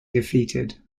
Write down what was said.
defeated